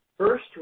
First